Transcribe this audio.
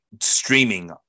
streaming